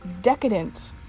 decadent